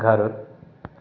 घरु